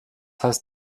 heißt